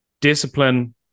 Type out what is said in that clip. discipline